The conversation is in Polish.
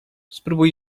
spróbuj